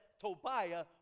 tobiah